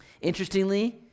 interestingly